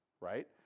right